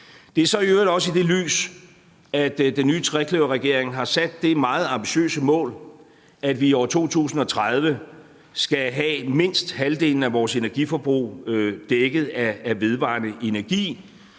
Det er så i øvrigt også i det lys, at den nye trekløverregering har sat det meget ambitiøse mål, at vi i år 2030 skal have mindst halvdelen af vores energiforbrug dækket af vedvarende energi